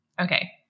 okay